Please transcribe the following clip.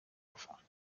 enfants